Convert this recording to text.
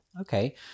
okay